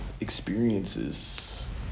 experiences